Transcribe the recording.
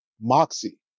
Moxie